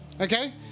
okay